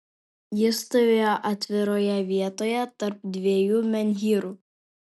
ji stovėjo atviroje vietoje tarp dviejų menhyrų